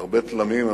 הרבה תלמים.